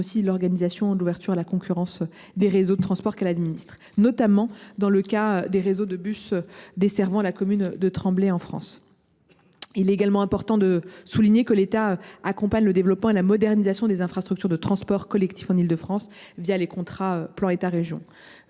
d’organiser l’ouverture à la concurrence des réseaux de transports qu’elle administre. C’est notamment le cas du réseau de bus desservant la commune de Tremblay en France. Il est également important de souligner que l’État accompagne le développement et la modernisation des infrastructures de transports collectifs en Île de France les contrats de plan État région